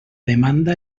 demanda